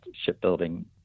shipbuilding